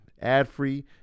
ad-free